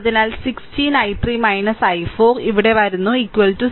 അതിനാൽ 16 I3 i4 ഇവിടെ വരുന്നു 0